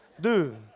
dude